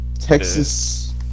Texas